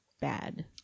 bad